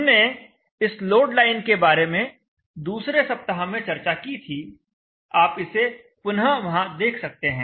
हमने इस load line के बारे में दूसरे सप्ताह में चर्चा की थी आप इसे पुनः वहां देख सकते हैं